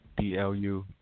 DLU